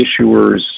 issuers